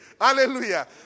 Hallelujah